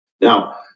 now